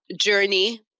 journey